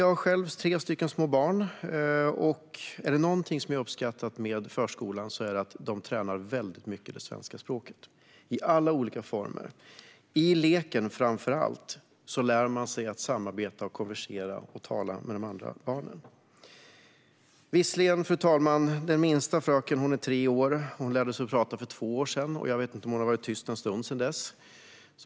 Jag har själv tre små barn, och är det någonting som jag har uppskattat med förskolan är det att de tränar väldigt mycket på svenska språket i alla olika former. Framför allt i leken lär man sig att samarbeta, konversera och tala med de andra barnen. Den minsta fröken är tre år och lärde sig prata för två år sedan, och jag vet inte om hon har varit tyst en enda stund sedan dess.